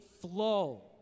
flow